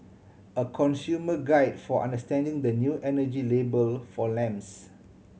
a consumer guide for understanding the new energy label for lamps